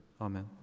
Amen